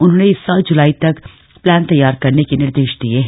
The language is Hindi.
उन्होंने इस साल ज्लाई तकक प्लान तैयार करने के निर्देश दिए हैं